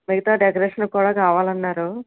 మిగతా డెకరేషన్కి కూడా కావాలన్నారు